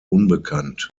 unbekannt